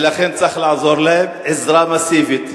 ולכן צריך לעזור להם עזרה מסיבית.